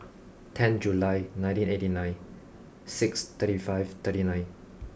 tenth July nineteen eighteen nine six thirty five thirty nine